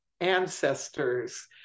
ancestors